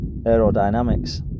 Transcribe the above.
aerodynamics